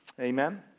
Amen